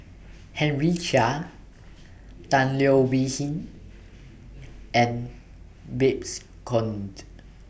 Henry Chia Tan Leo Wee Hin and Babes Conde